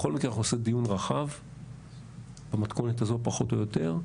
בכל מקרה אנחנו נעשה דיון רחב במתכונת הזו פחות או יותר,